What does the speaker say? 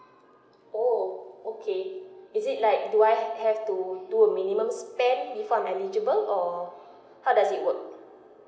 orh okay is it like do I have to do a minimal spend before I'm eligible or how does it work